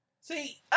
see